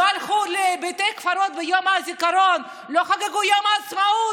לא הלכו לבתי קברות ביום הזיכרון ולא חגגו את יום העצמאות,